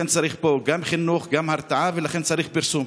צריך פה גם חינוך, גם הרתעה, ולכן צריך פרסום.